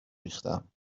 ریختم